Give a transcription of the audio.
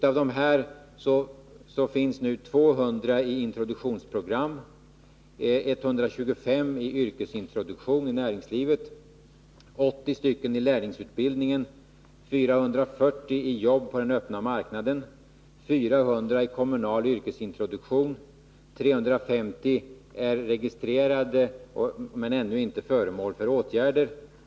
Av dessa finns nu 200 i yrkesintroduktionsprogram, 125 i yrkesintroduktion i näringslivet, 80 i lärlingsutbildning, 440 i jobb på den öppna marknaden och 400 i kommunal yrkesintroduktion. 350 är registrerade men ännu inte föremål för åtgärder.